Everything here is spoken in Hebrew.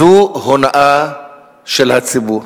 זו הונאה של הציבור.